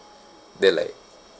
then like